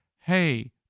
hey